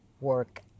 work